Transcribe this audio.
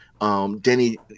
Denny